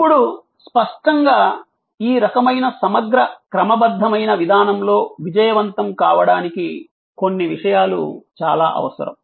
ఇప్పుడు స్పష్టంగా ఈ రకమైన సమగ్ర క్రమబద్ధమైన విధానంలో విజయవంతం కావడానికి కొన్ని విషయాలు చాలా అవసరం